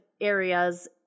areas